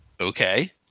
Okay